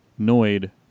noid